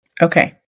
Okay